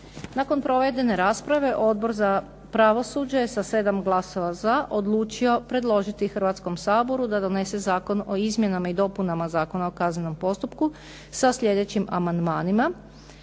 Nakon provedene rasprave Odbor za pravosuđe je sa 7 glasova za odlučio predložiti Hrvatskom saboru da donese Zakon o izmjenama i dopunama Zakona o kaznenom postupku sa sljedećim amandmanima.